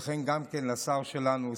וכן גם לשר שלנו,